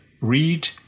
read